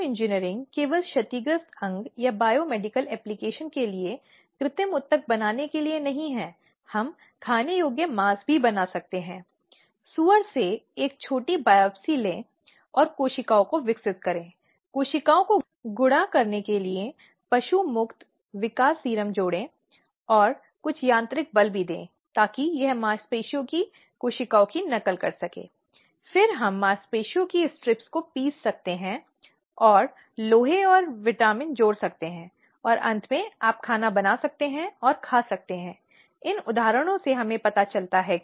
अगर कोई महिला पुलिस में शिकायत दर्ज करने या आपराधिक कार्रवाई करने के लिए भी चुनती है तो यह नियोक्ता की जिम्मेदारी है कि वह उस संबंध में महिलाओं की मदद करे और यह भी देखे कि आंतरिक शिकायत समिति की रिपोर्ट के आधार पर यह उचित कार्रवाई करता है ताकि अधिनियम पराजित न हो